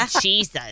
Jesus